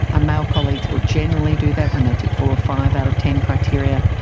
ah male colleagues will generally do that when they tick four or five out of ten criteria,